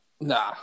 Nah